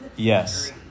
Yes